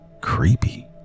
creepy